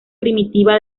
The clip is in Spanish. primitiva